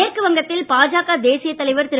மேற்குவங்கத்தில் பாஜக தேசிய தலைவர் திரு